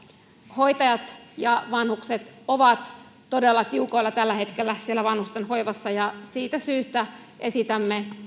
hoitajat ja vanhukset ovat todella tiukoilla tällä hetkellä siellä vanhustenhoivassa ja siitä syystä esitämme